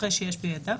אחרי "שיש בידיו"